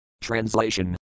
Translation